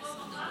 כנסת נכבדה,